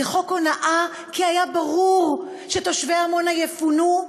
זה חוק הונאה כי היה ברור שתושבי עמונה יפונו,